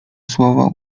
słowa